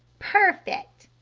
perfect!